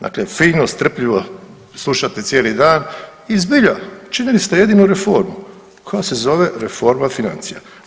Dakle, fino, strpljivo slušate cijeli dan i zbilja činili ste jedinu reformu koja se zove reforma financija.